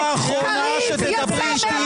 את האחרונה שתדברי איתי על פטריוטיות ועל ציוניות.